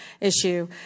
issue